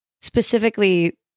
specifically